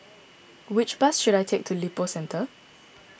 which bus should I take to Lippo Centre